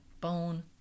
bone